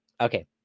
okay